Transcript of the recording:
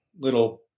little